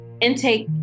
Intake